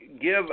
give